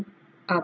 um